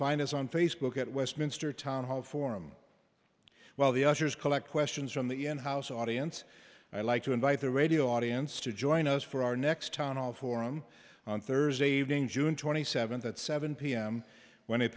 find us on facebook at westminster town hall forum while the ushers collect questions from the n house audience i like to invite the radio audience to join us for our next town hall forum on thursday evening june twenty seventh at seven pm when it